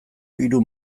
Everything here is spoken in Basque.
hiru